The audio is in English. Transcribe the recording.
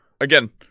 again